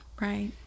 Right